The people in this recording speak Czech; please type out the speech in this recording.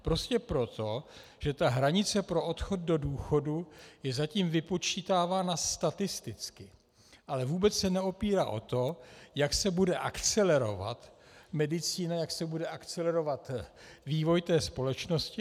Prostě proto, že hranice pro odchod do důchodu je zatím vypočítávána statisticky, ale vůbec se neopírá o to, jak se bude akcelerovat medicína, jak se bude akcelerovat vývoj té společnosti.